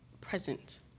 present